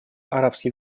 арабских